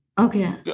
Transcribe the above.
Okay